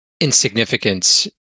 insignificance